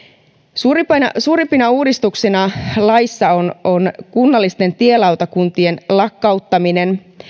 suurimpina suurimpina uudistuksina laissa on on kunnallisten tielautakuntien lakkauttaminen